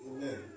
Amen